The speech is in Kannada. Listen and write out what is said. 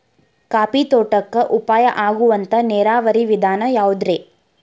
ಕಾಫಿ ತೋಟಕ್ಕ ಉಪಾಯ ಆಗುವಂತ ನೇರಾವರಿ ವಿಧಾನ ಯಾವುದ್ರೇ?